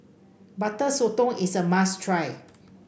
Butter Sotong is a must try